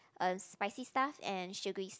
a spicy stuff and sugary s~